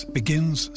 begins